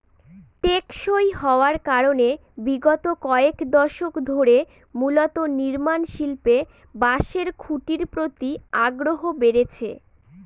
টেকসই হওয়ার কারনে বিগত কয়েক দশক ধরে মূলত নির্মাণশিল্পে বাঁশের খুঁটির প্রতি আগ্রহ বেড়েছে